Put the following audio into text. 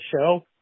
show